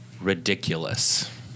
Ridiculous